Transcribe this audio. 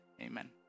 Amen